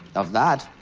of that,